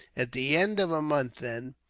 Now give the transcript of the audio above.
at the end of a month, then,